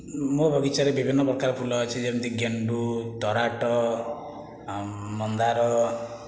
ମୋ ବଗିଚାରେ ବିଭିନ୍ନ ପ୍ରକାର ଫୁଲ ଅଛି ଯେମିତିକି ଗେଣ୍ଡୁ ତରାଟ ମନ୍ଦାର